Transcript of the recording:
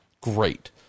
Great